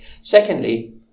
Secondly